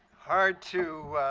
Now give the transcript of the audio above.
hard to